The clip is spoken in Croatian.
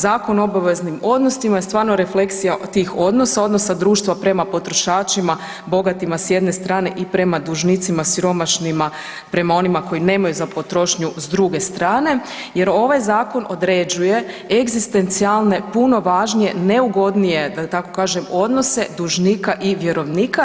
ZOO je stvarno refleksija tih odnosa, odnosa društva prema potrošačima bogatima s jedne strane i prema dužnicima siromašnima, prema onima koji nemaju za potrošnju, s druge strane jer ovaj zakon određuje egzistencijalne puno važnije neugodnije da tako kažem odnose dužnika i vjerovnika.